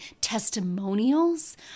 testimonials